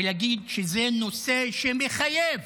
ולהגיד שזה נושא שמחייב